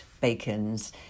Bacon's